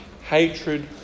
hatred